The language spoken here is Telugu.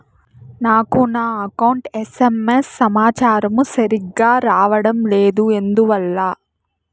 నాకు నా అకౌంట్ ఎస్.ఎం.ఎస్ సమాచారము సరిగ్గా రావడం లేదు ఎందువల్ల?